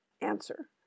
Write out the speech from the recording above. answer